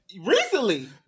recently